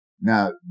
Now